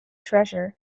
treasure